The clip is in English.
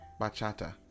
Bachata